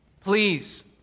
Please